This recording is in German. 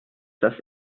das